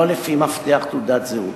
לא לפי מפתח תעודת זהות.